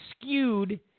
skewed